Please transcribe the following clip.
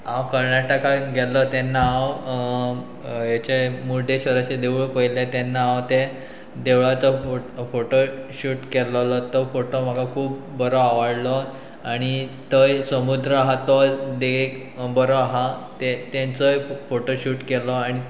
हांव कर्नाटकान गेल्लो तेन्ना हांव हेचे मुर्डेेश्वराचें देवूळ पयलें तेन्ना हांव ते देवळाचो फोटो शूट केल्लोलो तो फोटो म्हाका खूब बरो आवडलो आनी तोय समुद्र आहा तो देगेक बरो आहा ते तेंचोय फोटो शूट केलो आनी